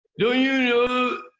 don't you know